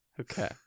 Okay